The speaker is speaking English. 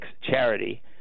charity